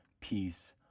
peace